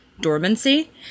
dormancy